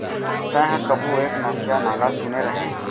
तैंहर कभू एक नसिया नांगर सुने रहें?